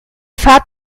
fahrt